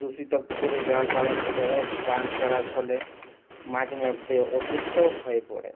দূষিত পুকুরে জল পালন পান করার ফলে মাঝে মধ্যে অসুস্থও হয়ে পড়ে